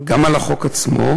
גם על החוק עצמו,